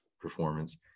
Performance